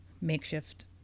makeshift